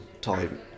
time